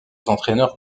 entraîneurs